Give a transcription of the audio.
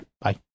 Bye